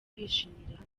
kwishimira